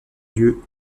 lieu